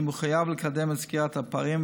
אני מחויב לקדם את סגירת הפערים,